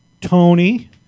Tony